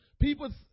people